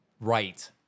Right